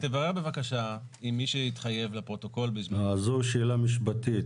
תברר בבקשה עם מי שהתחייב לפרוטוקול בזמנו --- זו שאלה משפטית.